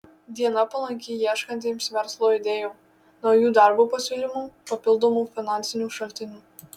diena palanki ieškantiems verslo idėjų naujų darbo pasiūlymų papildomų finansinių šaltinių